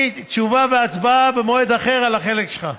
אני מבקש ממך להגיד לי "תשובה והצבעה במועד אחר" על החלק שלך,